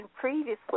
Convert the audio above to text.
previously